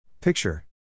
Picture